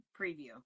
preview